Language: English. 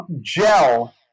gel